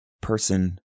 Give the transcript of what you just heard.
person